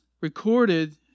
recorded